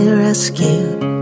rescued